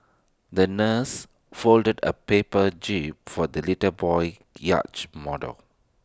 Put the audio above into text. the nurse folded A paper jib for the little boy's yacht model